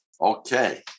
Okay